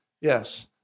yes